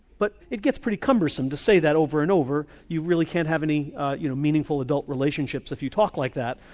but it gets pretty cumbersome to say that over and over. you really can't have any you know meaningful adult relationships if you talk like that,